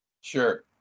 Sure